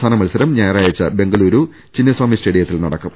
അവസാന മത്സരം ഞായറാഴ്ച ബെങ്കലൂരു ചിന്നസ്വാമി സ്റ്റേഡിയത്തിൽ നടക്കും